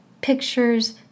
pictures